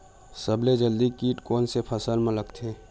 सबले जल्दी कीट कोन से फसल मा लगथे?